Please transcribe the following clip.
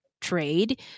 trade